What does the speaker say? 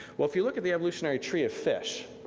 well if you look at the evolutionary tree of fish,